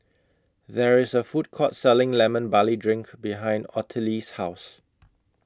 There IS A Food Court Selling Lemon Barley Drink behind Ottilie's House